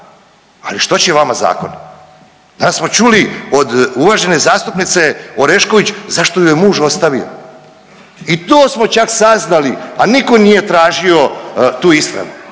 ali što će vama zakon. Danas smo čuli od uvažene zastupnice Orešković zašto ju je muž ostavio, i to smo čak saznali, a niko nije tražio tu istragu,